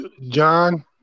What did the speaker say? John